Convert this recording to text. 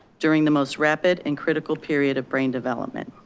during the most rapid and critical period of brain development.